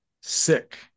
sick